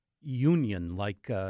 union-like